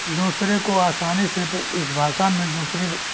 दूसरे को आसानी से इस भाषा में दूसरी